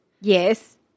Yes